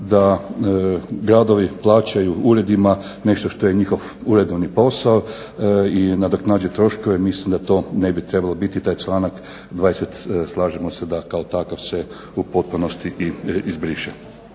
da gradovi plaćaju uredima nešto što je njihov uredovni posao i nadoknadi troškove. Mislim da to ne bi trebalo biti taj članak 20. slažemo se da kao takav se u potpunosti i izbriše.